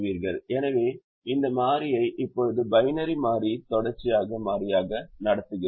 எனவே இந்த மாறியை இப்போது பைனரி மாறியை தொடர்ச்சியான மாறியாக நடத்துகிறோம்